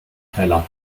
teller